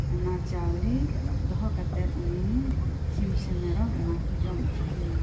ᱚᱱᱟ ᱪᱟᱣᱞᱤ ᱫᱚᱦᱚ ᱠᱟᱛᱮᱜ ᱩᱱᱤ ᱥᱤᱢᱥᱮ ᱢᱮᱨᱚᱢ ᱚᱱᱟᱠᱩ ᱡᱚᱢ ᱩᱪᱩᱭᱮᱭᱟ